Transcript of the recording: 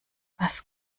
was